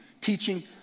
teaching